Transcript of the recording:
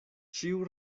ĉiu